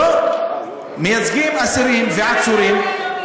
לא, מייצגים אסירים ועצורים.